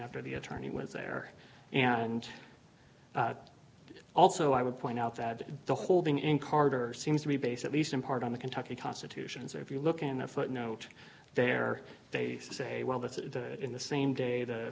after the attorney was there and also i would point out that the holding in carter seems to be based at least in part on the kentucky constitution so if you look in a footnote there they say well that's in the same day the